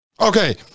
Okay